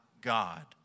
God